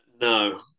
No